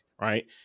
right